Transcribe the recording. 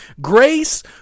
Grace